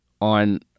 on